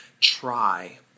TRY